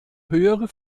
höhere